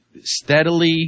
steadily